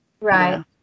Right